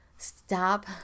stop